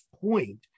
point